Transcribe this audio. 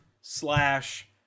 slash